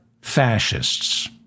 fascists